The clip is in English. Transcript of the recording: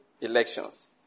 elections